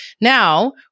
Now